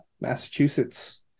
massachusetts